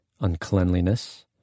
uncleanliness